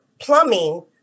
plumbing